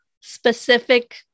specific